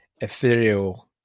ethereal